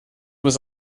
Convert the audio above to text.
was